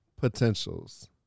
potentials